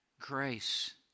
grace